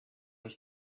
ich